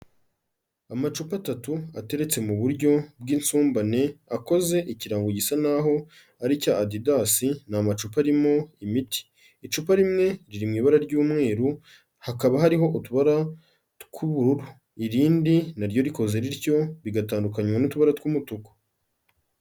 Amacupa atatu ateretse mu buryo bw'insumbane akoze ikirango gisa naho, ari icya adidasi, ni amacupa aririmo imiti. Icupa rimwe riri mu ibara ry'umweru, hakaba hariho utubara tw'ubururu. Irindi na ryo rikoze rityo, bigatandukanywa n'utubara tw'umutuku.